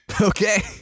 Okay